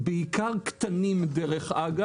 אני בכוונה לא אפריז כאן ואני לא אגיד קטלני ואני לא אגיד